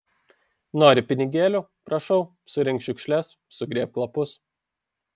nori pinigėlių prašau surink šiukšles sugrėbk lapus